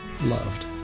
Loved